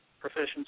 proficiency